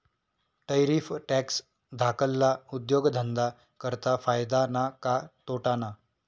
Tariff tax धाकल्ला उद्योगधंदा करता फायदा ना का तोटाना?